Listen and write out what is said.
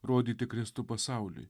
rodyti kristų pasauliui